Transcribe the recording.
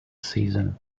season